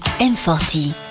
M40